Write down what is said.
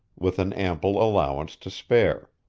with an ample allowance to spare.